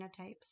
genotypes